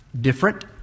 different